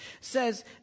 says